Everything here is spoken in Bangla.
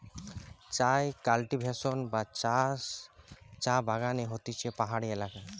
চায় কাল্টিভেশন বা চাষ চা বাগানে হতিছে পাহাড়ি এলাকায়